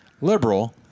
liberal—